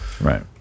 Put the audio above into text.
Right